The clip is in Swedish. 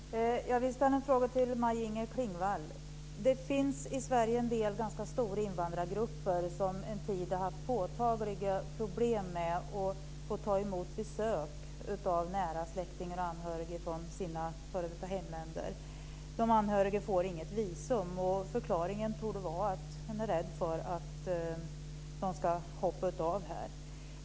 Fru talman! Jag vill ställa en fråga till Maj-Inger Klingvall. Det finns i Sverige en del ganska stora invandrargrupper som en tid har haft påtagliga problem med att få ta emot besök av nära släktingar och anhöriga från sina f.d. hemländer. De anhöriga får inget visum. Förklaringen torde vara att man är rädd för att de ska hoppa av här.